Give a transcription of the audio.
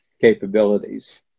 capabilities